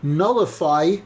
nullify